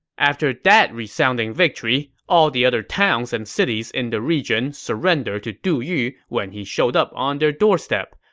after that resounding victory, all the other towns and cities in the region surrendered to du yu when he showed up on their doorstep.